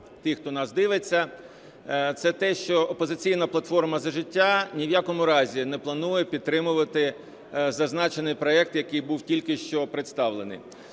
тих, хто нас дивиться, це те, що "Опозиційна платформа – За життя" ні в якому разі не планує підтримувати зазначений проект, який був тільки що представлений.